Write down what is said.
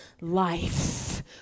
life